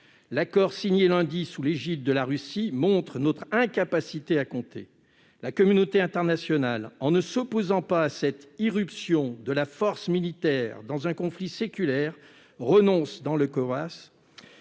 L'accord signé lundi sous l'égide de la Russie montre notre incapacité à compter. La communauté internationale, en ne s'opposant pas à cette irruption de la force militaire dans un conflit séculaire, renonce dans le